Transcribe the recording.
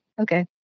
Okay